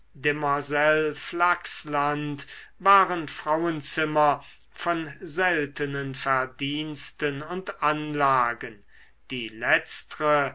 demoiselle flachsland waren frauenzimmer von seltenen verdiensten und anlagen die letztre